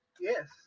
Yes